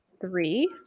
three